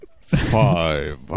Five